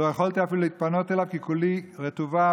"לא יכולתי אפילו להתפנות אליו כי כל-כולי רטובה",